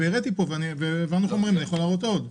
על איזו תמיכה אתה מדבר, אתה יכול לתת דוגמה?